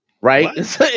Right